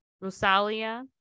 rosalia